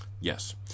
Yes